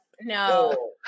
No